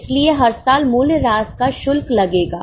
इसलिए हर साल मूल्यहृास का शुल्क लगेगा